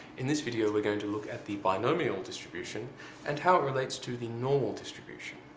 in this video, we're going to look at the binomial distribution and how it relates to the normal distribution.